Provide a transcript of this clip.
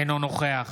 אינו נוכח